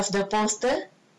because of the poster